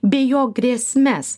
bei jo grėsmes